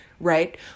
Right